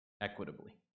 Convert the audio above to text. equitably